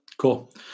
Cool